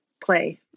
play